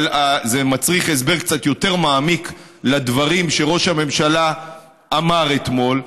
אבל זה מצריך הסבר קצת יותר מעמיק לדברים שראש הממשלה אמר אתמול,